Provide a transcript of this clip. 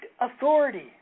authority